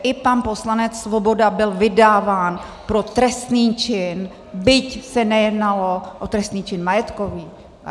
I pan poslanec Svoboda byl vydáván pro trestný čin, byť se nejednalo o trestný čin majetkový.